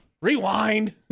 Rewind